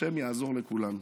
והשם יעזור לכולם.